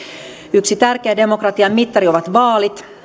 yksi tärkeä demokratian mittari ovat vaalit